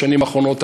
בשנים האחרונות,